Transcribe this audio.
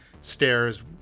stairs